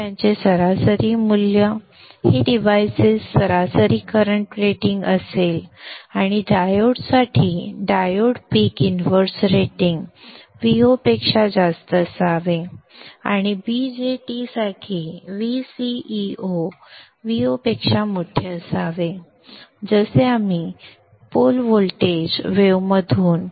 त्यांचे सरासरी मूल्य हे डिव्हाइसचे सरासरी करंट रेटिंग असेल आणि डायोडसाठी diode peak inverse rating Vo पेक्षा जास्त असावे आणि BJT साठी VCEO Vo पेक्षा मोठे असावे जसे आपण पोल व्होल्टेज वेव्हमधून पाहिले